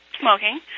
smoking